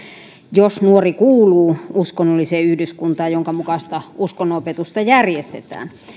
jos nuori kuuluu uskonnolliseen yhdyskuntaan jonka mukaista uskonnonopetusta järjestetään